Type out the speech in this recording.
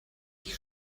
ich